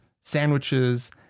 sandwiches